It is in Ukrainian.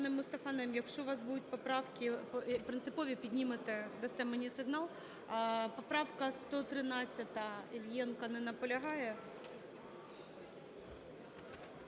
Пане Мустафа Найєм, якщо у вас будуть поправки принципові, піднімете, дасте мені сигнал. Поправка 113-а, Іллєнко. Не наполягає.